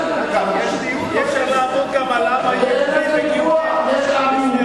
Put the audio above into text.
למה זה נוגע בכלל?